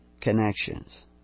connections